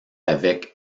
avec